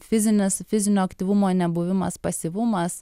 fizinis fizinio aktyvumo nebuvimas pasyvumas